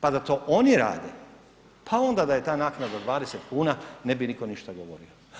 Pa da to oni rade pa onda da je ta naknada 20 kuna ne bi nitko ništa govorio.